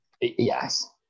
Yes